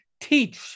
teach